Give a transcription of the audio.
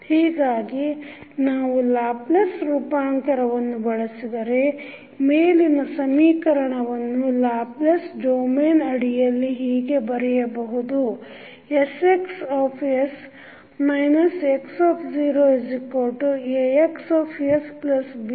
ಹೀಗಾಗಿ ನಾವು ಲ್ಯಾಪ್ಲೇಸ್ ರೂಪಾಂತರವನ್ನು ಬಳಸಿದರೆ ಮೇಲಿನ ಸಮೀಕರಣವನ್ನು ಲ್ಯಾಪ್ಲೇಸ್ ಡೊಮೇನ್ ಅಡಿಯಲ್ಲಿ ಹೀಗೆ ಬರೆಯಬಹುದು